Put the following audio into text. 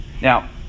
Now